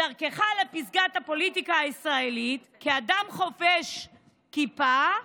בדרכך לפסגת הפוליטיקה הישראלית, כאדם חובש כיפה,